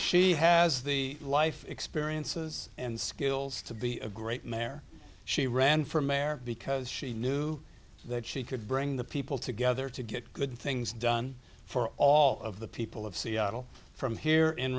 she has the life experiences and skills to be a great mayor she ran for mayor because she knew that she could bring the people together to get good things done for all of the people of seattle from here in